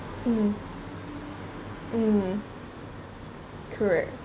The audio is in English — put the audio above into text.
mm mm correct